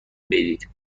بدید